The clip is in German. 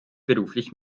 beruflich